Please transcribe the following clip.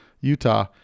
Utah